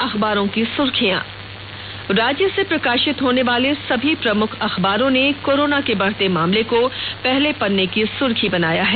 अखबारों की सुर्खियां राज्य से प्रकाशित होने वाले समी प्रमुख अखबारों ने कोरोना के बढ़ते मामले को पहले पन्ने की सुर्खी बनाया है